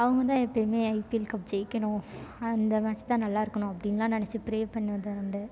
அவங்க தான் எப்பயுமே ஐபிஎல் கப் ஜெயிக்கணும் அந்த மேட்ச் தான் நல்லா இருக்கணும் அப்படின்னுலாம் நினைச்சி ப்ரே பண்ணது உண்டு